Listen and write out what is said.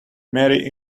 marry